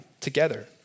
together